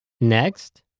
next